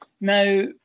Now